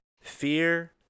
fear